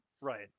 Right